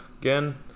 again